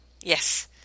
yes